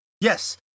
Yes